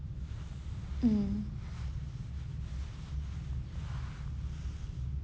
mm